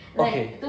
okay